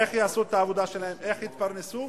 איך יעשו את העבודה שלהם, איך יתפרנסו